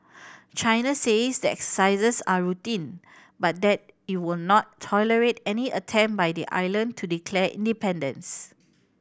China says the exercises are routine but that it will not tolerate any attempt by the island to declare independence